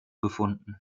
gefunden